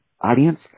audience